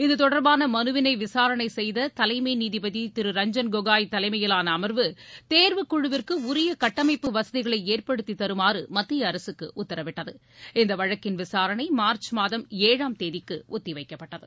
இதுதொடர்பான மனுவினை விசாரணை செய்த தலைமை நீதிபதி திரு ரஞ்சன் கோகோய் தலைமையிலான அமர்வு தேர்வு குழுவிற்கு உரிய கட்டமைப்பு வசதிகளை ஏற்படுத்தி தருமாறு மத்திய அரசுக்கு உத்தரவிட்டது இந்த வழக்கின் விசாரணை மார்ச் மாதம் ஏழாம் தேதிக்கு ஒத்திவைக்கப்பட்டது